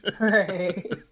Right